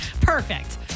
Perfect